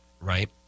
Right